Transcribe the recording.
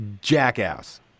jackass